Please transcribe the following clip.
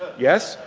yes,